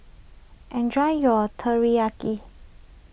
enjoy your Teriyaki